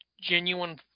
genuine